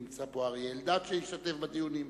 נמצא פה אריה אלדד, שהשתתף בדיונים,